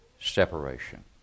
separation